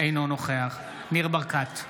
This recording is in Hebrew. אינו נוכח ניר ברקת,